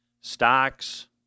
stocks